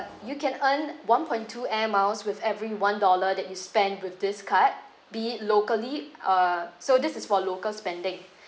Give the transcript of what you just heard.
you can earn one point two air miles with every one dollar that you spend with this card be it locally uh so this is for local spending